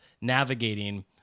navigating